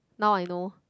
now I know